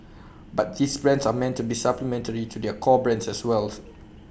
but these brands are meant to be supplementary to their core brands as well